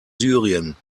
syrien